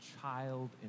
child